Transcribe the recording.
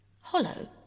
hollow